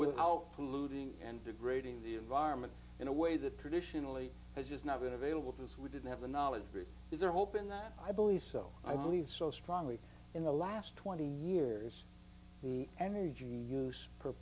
how polluting and degrading the environment in a way that traditionally has just not been available to us we didn't have the knowledge these are open that i believe so i believe so strongly in the last twenty years the energy use per